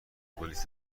پلیس